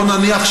בוא נניח,